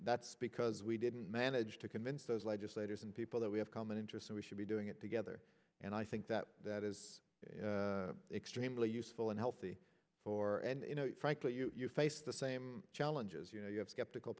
that's because we didn't manage to convince those legislators and people that we have common interests we should be doing it together and i think that that is extremely useful and healthy for and you know frankly you face the same challenges you know you have skeptical